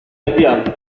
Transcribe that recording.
decían